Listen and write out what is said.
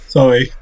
Sorry